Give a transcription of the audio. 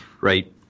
right